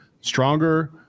stronger